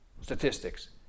statistics